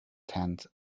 tent